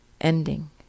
ending